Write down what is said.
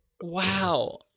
Wow